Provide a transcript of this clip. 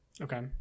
Okay